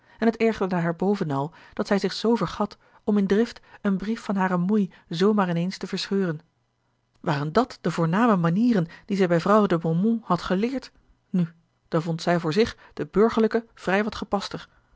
en het ergerde haar bovenal dat zij zich zoo vergat om in drift een brief van hare moei zoo maar in eens te verscheuren waren dàt de voorname manieren die zij bij vrouwe de beaumont had geleerd nu dan vond zij voor zich de burgerlijke vrij wat gepaster